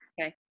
Okay